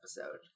episode